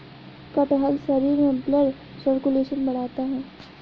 कटहल शरीर में ब्लड सर्कुलेशन बढ़ाता है